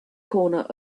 corner